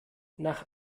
nach